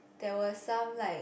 there was some like